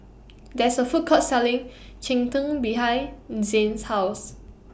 There IS A Food Court Selling Cheng Tng behind Zayne's House